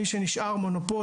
מי שנשאר מונופול,